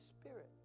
Spirit